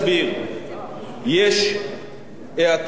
יש האטה מסוימת במשק,